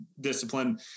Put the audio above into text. discipline